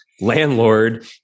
landlord